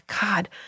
God